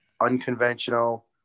unconventional